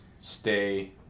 stay